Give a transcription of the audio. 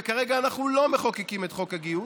וכרגע אנחנו לא מחוקקים את חוק הגיוס,